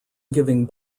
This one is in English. giving